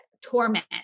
torment